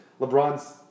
LeBron's